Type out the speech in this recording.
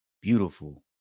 beautiful